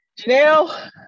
Janelle